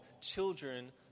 children